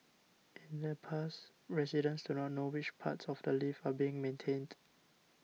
in the past residents do not know which parts of the lift are being maintained